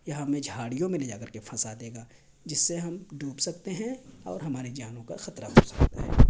یا ہمیں جھاڑیوں میں لے جاکر کے پھنسا دے گا جس سے ہم ڈوب سکتے ہیں اور ہمارے جانوں کا خطرہ ہو سکتا ہے